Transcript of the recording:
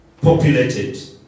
populated